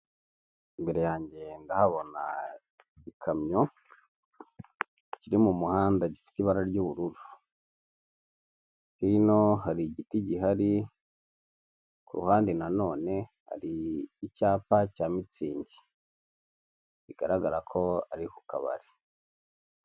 Imbere yanjye ndahabona igikamyo, kiri mu muhanda gifite ibara ry'ubururu, hino hari igiti gihari, ku ruhande na none hari icyapa cya mitsingi, bigaragara ko ari ku kabari.